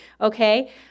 okay